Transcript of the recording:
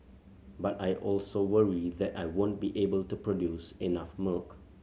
but I also worry that I won't be able to produce enough milk